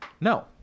No